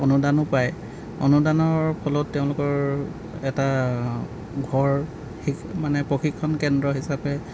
অনুদানো পায় অনুদানৰ ফলত তেওঁলোকৰ এটা ঘৰ মানে প্ৰশিক্ষণ কেন্দ্ৰ হিচাপে